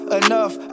enough